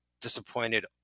disappointed